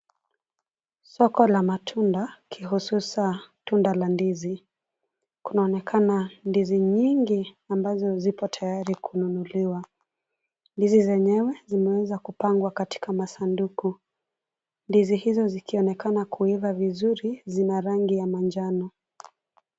Soko la matunda, kihususa tunda la ndizi, kunaonekana ndizi nyingi ambazo zipo tayari kununuliwa. Ndizi zenyewe zimeweza kupangwa katika masanduku. Ndizi hizo zikionekana kuiva vizuri, zina rangi ya manjano.